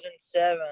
2007